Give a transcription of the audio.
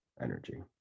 energy